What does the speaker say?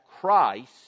Christ